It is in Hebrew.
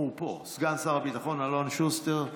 הוא פה, סגן שר הביטחון אלון שוסטר.